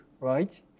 right